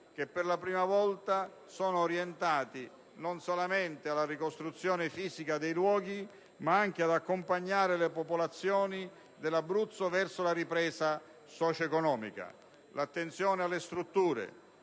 che, per la prima volta, sono orientati, non solamente alla ricostruzione fisica dei luoghi, ma anche ad accompagnare le popolazioni dell'Abruzzo verso la ripresa socio-economica. L'attenzione alle strutture